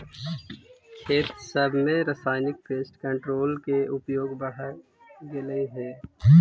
खेत सब में रासायनिक पेस्ट कंट्रोल के उपयोग बढ़ गेलई हे